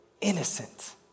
innocent